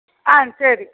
ஆ சரி